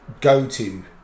go-to